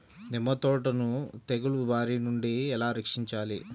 నిమ్మ తోటను తెగులు బారి నుండి ఎలా రక్షించాలి?